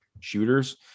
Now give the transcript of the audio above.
shooters